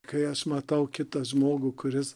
kai aš matau kitą žmogų kuris